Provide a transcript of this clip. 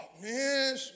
man